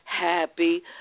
Happy